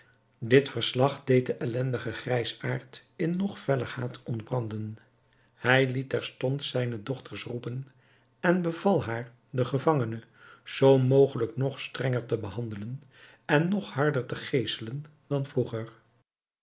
dit verslag deed den ellendigen grijsaard in nog feller haat ontbranden hij liet terstond zijne dochters roepen en beval haar den gevangene zoo mogelijk nog strenger te behandelen en nog harder te geeselen dan vroeger